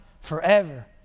forever